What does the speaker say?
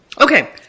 Okay